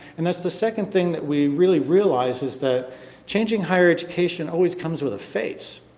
and that's the second thing that we really realized is that changing higher education always comes with a face.